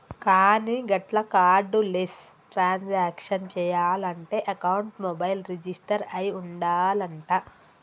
కానీ గట్ల cardless transaction చేయాలంటే అకౌంట్ మొబైల్ రిజిస్టర్ అయి ఉండాలంట